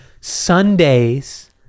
Sundays